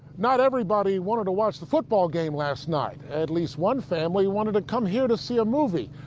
not everybody wanted to watch the football game last night, at least one family wanted to come here to see a movie.